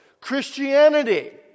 Christianity